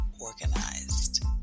Organized